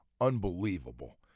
unbelievable